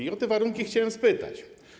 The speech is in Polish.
I o te warunki chciałem spytać.